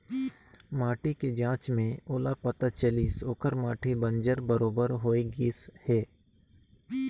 माटी के जांच में ओला पता चलिस ओखर माटी बंजर बरोबर होए गईस हे